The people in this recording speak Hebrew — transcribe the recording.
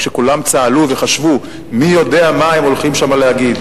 כשכולם צהלו וחשבו מי יודע מה הם הולכים להגיד,